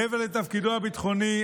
מעבר לתפקידו הביטחוני,